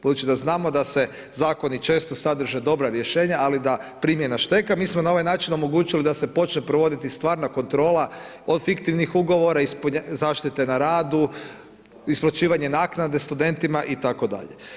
Budući da znamo da zakoni često sadrže dobra rješenja ali da primjena šteka, mi smo na ovaj način omogućili da se počne provoditi stvarna kontrola od fiktivnih ugovora, zaštite na radu, isplaćivanje naknade studentima itd.